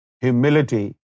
humility